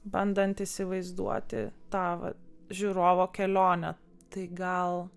bandant įsivaizduoti ta vat žiūrovo kelionę tai gal